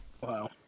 Wow